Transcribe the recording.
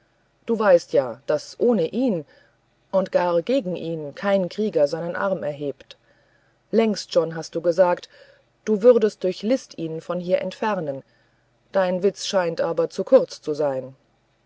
du weißt ja daß ohne ihn und gar gegen ihn kein krieger seinen arm erhebt längst schon hast du gesagt du würdest durch list ihn von hier entfernen dein witz aber scheint zu kurz zu sein